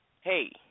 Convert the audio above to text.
hey